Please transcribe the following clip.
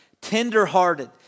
tender-hearted